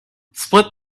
split